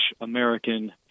American